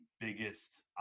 biggest